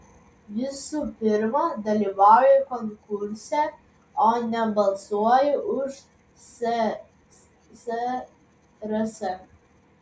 visų pirma dalyvauju konkurse o ne balsuoju už ssrs